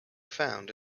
found